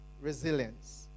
resilience